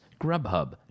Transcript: Grubhub